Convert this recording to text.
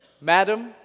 Madam